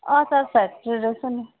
अचार फ्याक्ट्री रहेछ नि